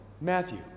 Matthew